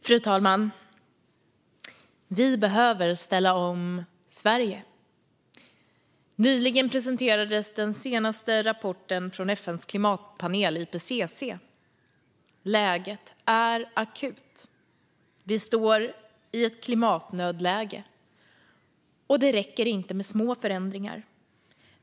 Fru talman! Vi behöver ställa om Sverige. Nyligen presenterades den senaste rapporten från FN:s klimatpanel, IPCC. Läget är akut. Vi befinner oss i ett klimatnödläge, och det räcker inte med små förändringar.